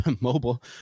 mobile